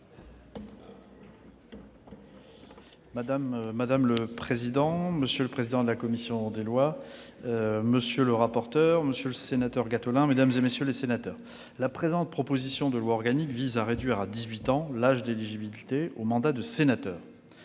Madame la présidente, monsieur le président de la commission des lois, monsieur le rapporteur, monsieur le sénateur Gattolin, mesdames, messieurs les sénateurs, la présente proposition de loi organique vise à réduire à dix-huit ans l'âge d'éligibilité au mandat de sénateur.